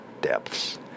depths